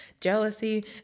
jealousy